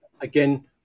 Again